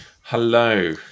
Hello